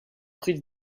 prise